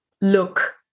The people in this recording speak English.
look